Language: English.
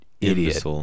idiot